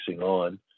on